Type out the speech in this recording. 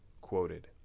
quoted